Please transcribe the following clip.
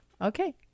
okay